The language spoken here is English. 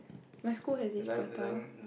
my school has this prata